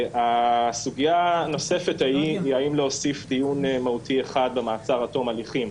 הסוגייה הנוספת היא האם להוסיף דיון מהותי אחד במעצר עד תום הליכים.